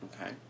Okay